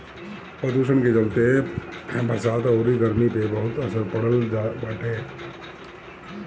प्रदुषण के चलते बरसात अउरी गरमी पे बड़ा असर पड़ल बाटे